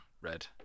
red